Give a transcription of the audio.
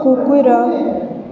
କୁକୁର